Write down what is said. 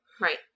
Right